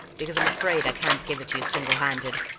because i'm afraid i can't give it to you single-handed.